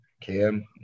Cam